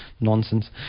nonsense